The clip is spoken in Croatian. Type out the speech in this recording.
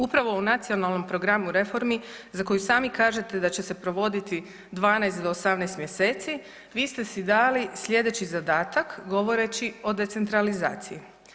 Upravo u nacionalnom programu reformi za koji sami kažete da će se provoditi 12 do 18 mjeseci vi ste si dali slijedeći zadatak govoreći o decentralizaciji.